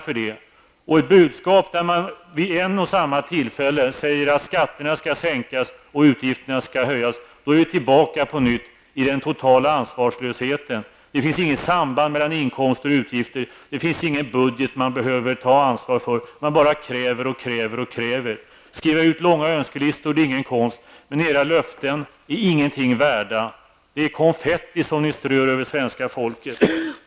När man framför ett budskap där man vid ett och samma tillfälle säger att skatterna skall sänkas och utgifterna höjas, är man tillbaka på nytt i den totala ansvarslösheten. Det finns inget samband mellan inkomster och utgifter och ingen budget som ni måste ta ansvar för. Ni bara kräver och kräver. Det är ingen konst att skriva långa önskelistor, men era löften är ingenting värda. Det är konfetti som ni strör över svenska folket.